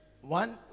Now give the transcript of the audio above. One